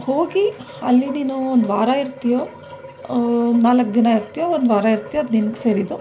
ಹೋಗಿ ಅಲ್ಲಿ ನೀನು ಒಂದ್ವಾರ ಇರ್ತೀಯೋ ನಾಲ್ಕು ದಿನ ಇರ್ತೀಯೋ ಒಂದ್ವಾರ ಇರ್ತೀಯೋ ಅದು ನಿನ್ಗೆ ಸೇರಿದ್ದು